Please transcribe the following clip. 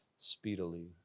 speedily